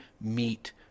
meet